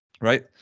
right